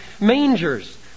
mangers